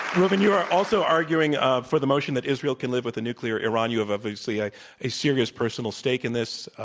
reuven, you are also arguing ah for the motion that israel can live with a nuclear iran. you have obviously a a serious personal stake in this,